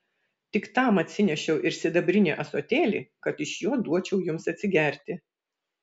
tik tam atsinešiau ir sidabrinį ąsotėlį kad iš jo duočiau jums atsigerti